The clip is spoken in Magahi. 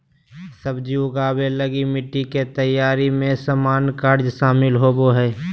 सब्जी उगाबे लगी मिटटी के तैयारी में सामान्य कार्य शामिल होबो हइ